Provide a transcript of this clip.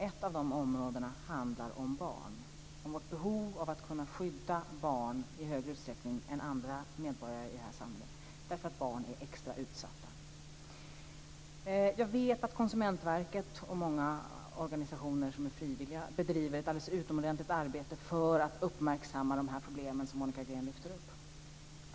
Ett av de områdena handlar om barn, om vårt behov av att kunna skydda barn i större utsträckning än andra medborgare i vårt samhälle, eftersom barn är särskilt utsatta. Jag vet att Konsumentverket och många frivilliga organisationer bedriver ett alldeles utomordentligt arbete för att uppmärksamma de problem som Monica Green lyfter fram.